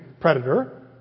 predator